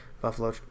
Buffalo